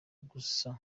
gusa